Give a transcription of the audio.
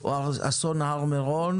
או אסון הר מירון